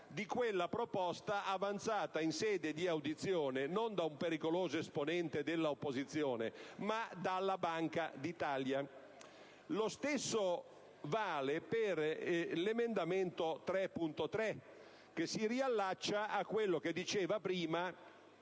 di quella proposta avanzata in sede di audizione non da un pericoloso esponente dell'opposizione, ma dalla Banca d'Italia. Lo stesso discorso vale per l'emendamento 3.3, che ripropone quello che diceva prima